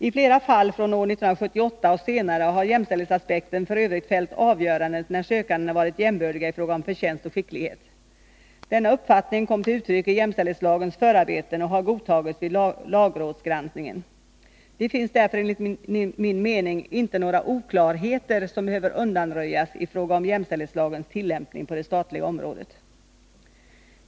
I flera fall från år 1978 och senare har jämställdhetsaspekten f. ö. fällt avgörandet när sökandena varit jämbördiga i fråga om förtjänst och skicklighet. Denna uppfattning kom till uttryck i jämställdhetslagens förarbeten och har godtagits vid lagrådsgranskningen. Det finns därför enligt min mening inte några oklarheter som behöver undanröjas i fråga om jämställdhetslagens tillämpning på det statliga området.